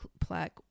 plaque